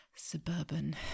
suburban